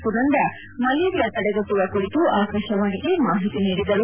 ಸುನಂದಾ ಅವರು ಮಲೇರಿಯಾ ತಡೆಗಟ್ಟುವ ಕುರಿತು ಆಕಾಶವಾಣಿಗೆ ಮಾಹಿತಿ ನೀಡಿದರು